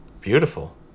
Beautiful